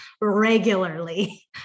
regularly